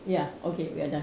ya okay we are done